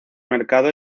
mercado